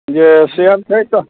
जे शेयर छै तऽ